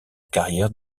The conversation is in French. carrière